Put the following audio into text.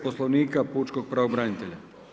Poslovnika pučkog pravobranitelja.